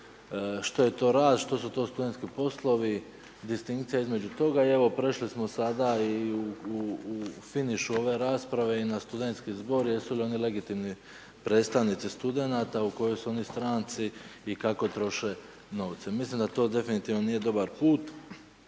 što je to rad, što su to studentski poslovi, distinkcija između toga i evo, prešli smo sada i u finišu ove rasprave i na Studentski zbor, jesu li oni legitimni predstavnici studenata, u kojoj su oni stranci i kako troše novce. Mislim da to definitivno nije dobar put